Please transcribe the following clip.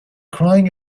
crying